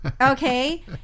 Okay